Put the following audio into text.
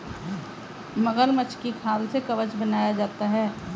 मगरमच्छ की खाल से कवच बनाया जाता है